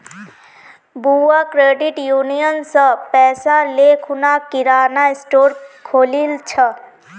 बुआ credit union स पैसा ले खूना किराना स्टोर खोलील छ